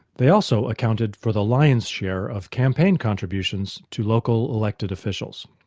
they also accounted for the lion's share of campaign contributions to local elected officials.